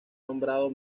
nombrado